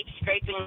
scraping